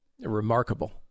Remarkable